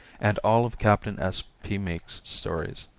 and all of captain s. p. meek's stories.